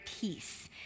peace